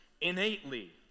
innately